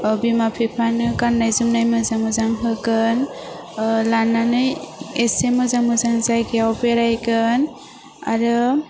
ओह बिमा फिफानो गान्नाय जोमन्नाय मोजां मोजां होगोन ओह लानानै एसे मोजां मोजां जायगायाव बेरायगोन आरो